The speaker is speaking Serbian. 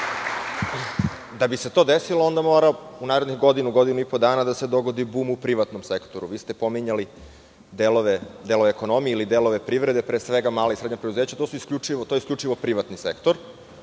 Da bi se to desilo, onda mora u narednih godinu, godinu i po dana da se dogodi bum u privatnom sektoru. Vi ste pominjali delove ekonomije ili delove privrede, pre svega mala i srednja preduzeća, a to je isključivo privatni sektor.